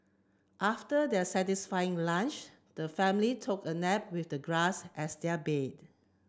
after their satisfying lunch the family took a nap with the grass as their bed